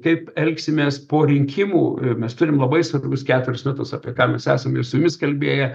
kaip elgsimės po rinkimų i mes turim labai svarbius keturis metus apie ką mes esam ir su jumis kalbėję